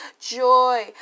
joy